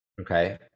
Okay